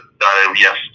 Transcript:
yes